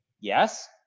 Yes